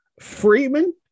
Freeman